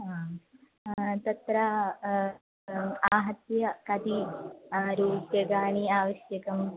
आं तत्र आहत्य कति रूप्यकाणि आवश्यकानि